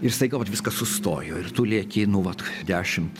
ir staiga vat viskas sustojo ir tu lieki nu vat dešimt